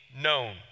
known